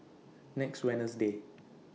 next Wednesday